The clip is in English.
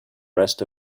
rest